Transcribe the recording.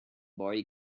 boy